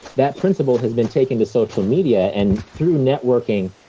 that principle has been taken to social media, and through networking,